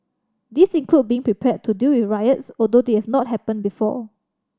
these include being prepared to deal with riots although they have not happened before